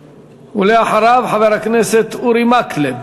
ואחריו, חבר הכנסת אורי מקלב.